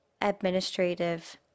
administrative